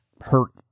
hurt